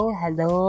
hello